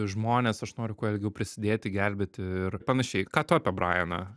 žmones aš noriu kuo ilgiau prisidėti gelbėti ir panašiai ką tu apie brajaną